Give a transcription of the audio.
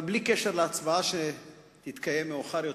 אבל בלי קשר להצבעה שתתקיים מאוחר יותר,